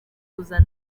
kuza